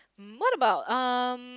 what about um